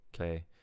Okay